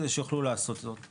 כדי שיוכלו לעשות זאת.